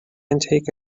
intake